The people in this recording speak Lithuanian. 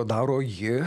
daro ji